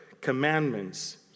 commandments